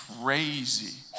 crazy